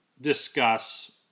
discuss